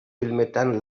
filmetan